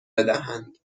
بدهند